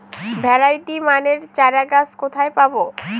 Variety মানের চারাগাছ কোথায় পাবো?